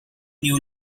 new